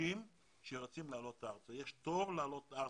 יהודים שרוצים לעלות ארצה, יש תור לעלות ארצה,